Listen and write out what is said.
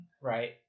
Right